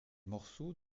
morceaux